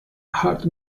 hearth